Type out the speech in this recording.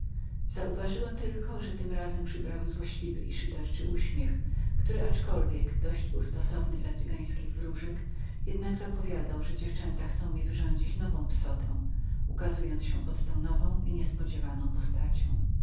zualazłemznalazłem tylko że tym razem przybrały złośliwy i szyderczy uśmiech który aczkolwiek dość był stosownym dla cygańskich wróżek jednak zapowiadał że dziewczęta chcą mi wyrządzić nową psotę ukazując się pod tą nową i niespodziewaną postacią